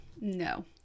No